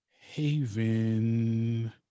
Haven